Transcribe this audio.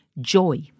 Joy